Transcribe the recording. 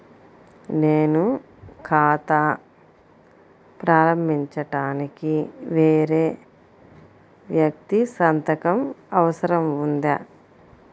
నేను ఖాతా ప్రారంభించటానికి వేరే వ్యక్తి సంతకం అవసరం ఉందా?